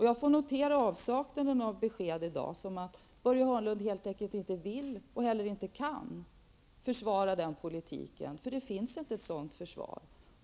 Jag noterar avsaknaden av besked i dag som att Börje Hörnlund helt enkelt inte vill och heller inte kan försvara den politiken, för det finns inte något sådant försvar.